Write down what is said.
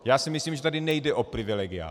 Já si myslím, že tady nejde o privilegia.